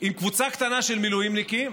עם קבוצה קטנה של מילואימניקים,